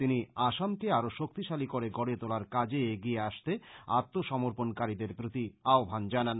তিনি আসামকে আরো শক্তিশালি করে গড়ে তোলার কাজে এগিয়ে আসতে আত্ম সমর্পনকারীদের প্রতি আহ্বান জানান